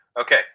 Okay